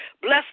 Bless